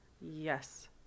Yes